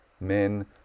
men